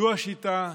זו השיטה,